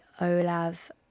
olav